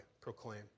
proclaim